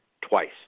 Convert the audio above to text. twice